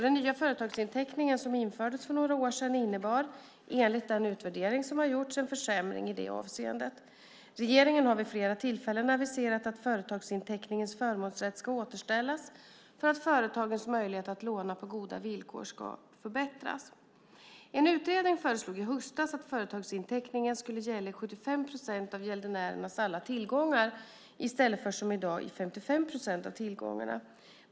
Den nya företagsinteckningen som infördes för några år sedan innebar, enligt den utvärdering som har gjorts, en försämring i detta avseende. Regeringen har vid flera tillfällen aviserat att företagsinteckningens förmånsrätt ska återställas för att företagens möjlighet att låna på goda villkor ska förbättras. En utredning föreslog i höstas att företagsinteckningen skulle gälla i 75 procent av gäldenärens alla tillgångar i stället för som i dag i 55 procent av tillgångarna.